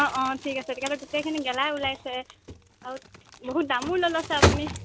অ অ ঠিক আছে তেতিয়াহ'লে গোটেইখিনি গেলাই ওলাইছে আৰু বহুত দামো লৈ লৈছে আপুনি